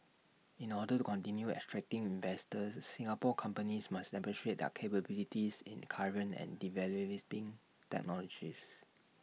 in order to continue attracting investors Singapore companies must demonstrate their capabilities in current and technologies